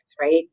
Right